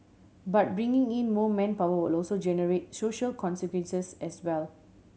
but bringing in more manpower will also generate social consequences as well